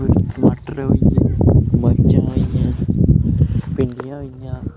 कोई टमाटर होइये मरचां होइयां भिंडियां होइयां